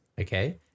okay